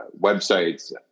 websites